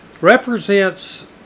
represents